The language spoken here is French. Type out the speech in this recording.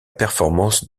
performance